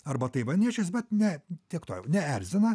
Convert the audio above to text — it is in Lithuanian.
arba taivaniečiais bet ne tiek to jau neerzina